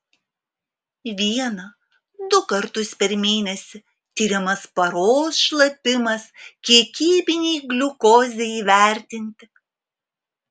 vieną du kartus per mėnesį tiriamas paros šlapimas kiekybinei gliukozei įvertinti